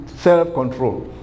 self-control